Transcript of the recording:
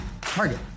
Target